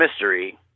mystery